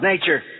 nature